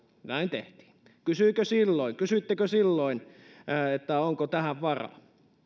näin tehtiin kysyittekö silloin kysyittekö silloin onko tähän varaa